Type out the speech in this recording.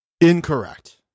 Incorrect